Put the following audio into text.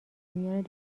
میان